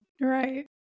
Right